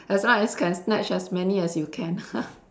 as long as can snatch as many as you can